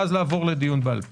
ואז לעבור לדיון בעל פה.